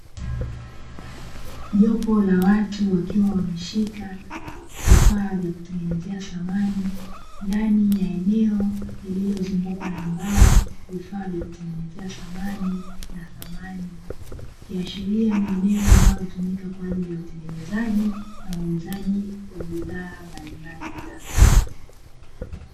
Jopo la watu wakiwa wameshika vifaa vya kutengenezea samani ndani ya eneo lililozungukwa na mbao, vifaa vya kutengenezea samani na thamani, ikiashiria kuwa ni eneo linalotumika kwa utengenezaji na uuzaji wa bidhaa mbalimbali za samani.